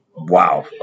wow